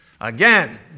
Again